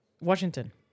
Washington